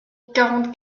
quarante